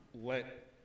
let